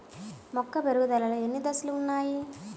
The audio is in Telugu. మొక్క పెరుగుదలలో ఎన్ని దశలు వున్నాయి?